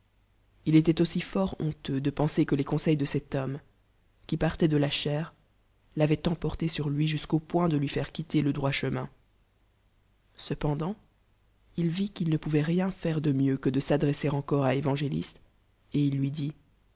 il étoit aussi fort honleux de penser que les conseils de cet homme qui partoient de la chair l'avoient emporté sur lui jusqu'au point de lui faire quitter le droit chemin cependant il vit qu'il ne pouvoit rien faire de mieux que de s'adresser encore à évangéliste et il lui dit